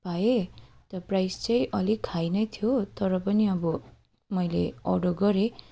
पाएँ तर प्राइज चाहिँ अलिक हाई नै थियो तर पनि अब मैले अर्डर गरेँ